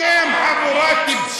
אתם חבורת טיפשים.